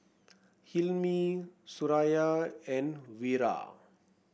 Hilmi Suraya and Wira